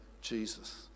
Jesus